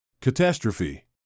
Catastrophe